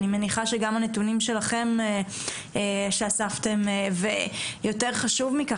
אני מניחה שגם הנתונים שלכם שאספתם ויותר חשוב מכך,